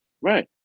Right